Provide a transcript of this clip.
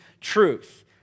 truth